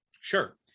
sure